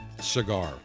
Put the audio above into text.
cigar